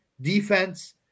Defense